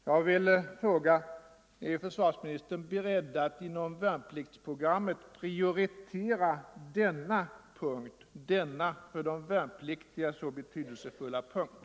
Jag vill fråga: Är försvarsministern beredd att inom värnpliktsprogrammet prioritera denna för de värnpliktiga så betydelsefulla punkt?